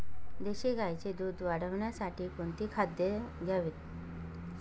देशी गाईचे दूध वाढवण्यासाठी कोणती खाद्ये द्यावीत?